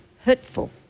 hurtful